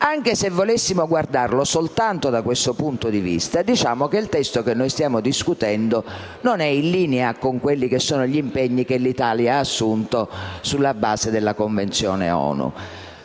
Anche se volessimo guardarlo soltanto da questo punto di vista, il testo che noi stiamo discutendo non è in linea con gli impegni che l'Italia ha assunto sulla base della Convenzione ONU,